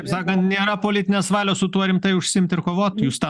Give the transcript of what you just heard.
kaip sakant nėra politinės valios su tuo rimtai užsiimt ir kovot jūs tą